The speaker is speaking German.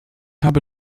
habe